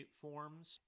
forms